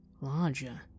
larger